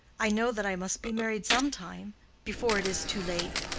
i know that i must be married some time before it is too late.